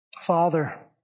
Father